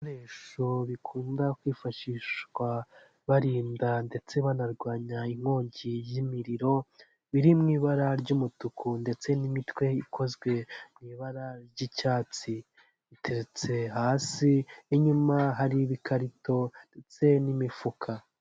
Ibikoresho bikunda kwifashishwa barinda ndetse banarwanya inkongi y'imiriro biri mu ibara ry'umutuku ndetse n'imitwe ikozwe mu ibara ry'icyatsi biretse hasi inyuma hari ibikarito n'imifuka.